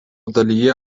dalyje